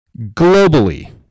Globally